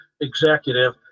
executive